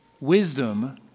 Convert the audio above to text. wisdom